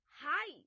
hi